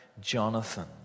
Jonathan